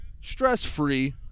stress-free